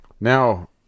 now